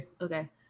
Okay